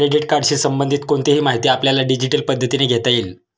credit कार्डशी संबंधित कोणतीही माहिती आपल्याला डिजिटल पद्धतीने घेता येईल